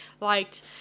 liked